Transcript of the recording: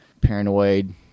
paranoid